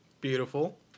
Beautiful